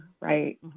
Right